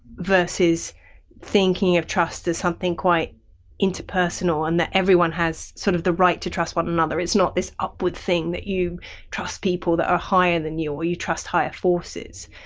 versus thinking of trust as something quite interpersonal and that everyone has sort of the right to trust one another it's not this upward thing that you trust people that are higher than you or you trust higher forces.